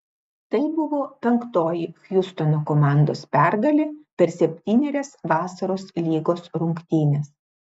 tai buvo penktoji hjustono komandos pergalė per septynerias vasaros lygos rungtynes